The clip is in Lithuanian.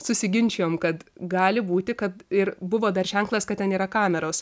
susiginčijom kad gali būti kad ir buvo dar ženklas kad ten yra kameros